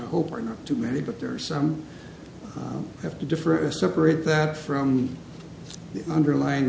hope are not too many but there are some have to differ a separate that from the underlying